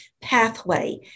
pathway